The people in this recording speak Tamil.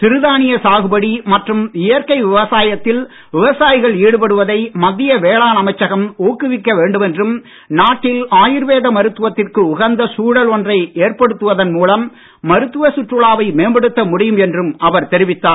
சிறு தானிய சாகுபடி மற்றும் இயற்கை விவசாயத்தில் விவசாயிகள் ஈடுபடுவதை மத்திய வேளாண் அமைச்சகம் ஊக்குவிக்க வேண்டும் என்றும் நாட்டில் ஆயுர்வேத மருத்துவத்திற்கு உகந்த சூழல் ஒன்றை ஏற்படுத்துவதன் மூலம் மருத்துவ சுற்றுலாவை மேம்படுத்த ழுடியும் என்றும் அவர் தெரிவித்தார்